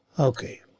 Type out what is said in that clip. ok,